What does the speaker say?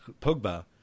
Pogba